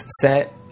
set